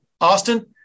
Austin